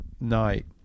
night